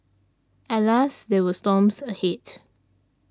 alas there were storms ahead